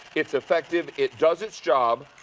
it's effective. it does its job.